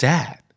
Dad